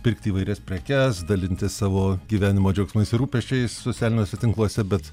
pirkti įvairias prekes dalintis savo gyvenimo džiaugsmais ir rūpesčiais socialiniuose tinkluose bet